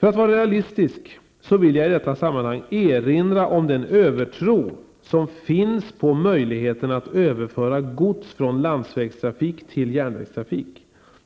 För att vara realistisk vill jag i detta sammanhang erinra om den övertro som finns på möjligheten att överföra gods från landsvägstrafik till järnvägstrafik.